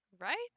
right